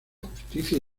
justicia